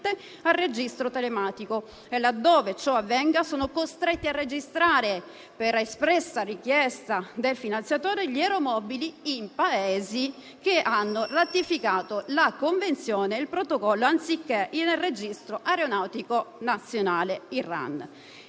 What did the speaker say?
nel registro telematico, e laddove ciò avvenga sono costretti a registrare, per espressa richiesta del finanziatore (*lessor*), gli aeromobili in Paesi che hanno ratificato la convenzione e il protocollo anziché nel registro aeronautico nazionale